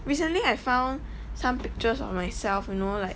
recently I found some pictures on myself you know like